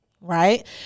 Right